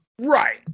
Right